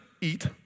eat